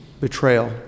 betrayal